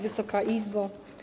Wysoka Izbo!